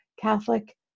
Catholic